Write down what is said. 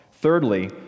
Thirdly